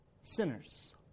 Sinners